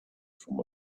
from